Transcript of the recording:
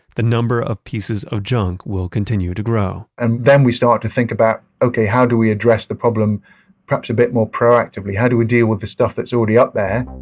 the number of pieces of junk will continue to grow and then we start to think about, okay, how do we address the problem perhaps a bit more proactively? how do we deal with the stuff that's already up there?